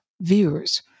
viewers